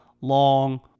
long